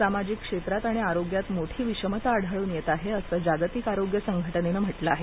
सामाजिक क्षेत्रात आणि आरोग्यात मोठी विषमता आढळून येत आहे असं जागतिक आरोग्य संघटनेने म्हटले आहे